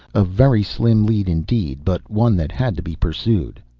a very slim lead indeed, but one that had to be pursued.